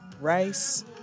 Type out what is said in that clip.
rice